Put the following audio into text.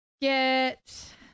get